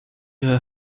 her